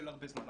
של הרבה זמן,